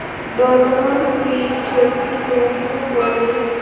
दलहन की खेती कैसे करें?